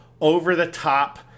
over-the-top